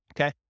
Okay